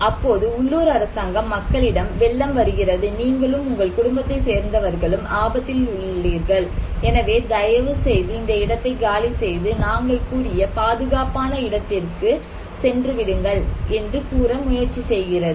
அப்போது உள்ளூர் அரசாங்கம் மக்களிடம் வெள்ளம் வருகிறது நீங்களும் உங்கள் குடும்பத்தை சேர்ந்தவர்களும் ஆபத்தில் உள்ளார்கள் எனவே தயவுசெய்து இந்த இடத்தை காலி செய்து நாங்கள் கூறிய பாதுகாப்பான இடத்திற்கு தயவுசெய்து சென்றுவிடுங்கள் என்று கூற முயற்சி செய்கிறது